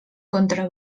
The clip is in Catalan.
contra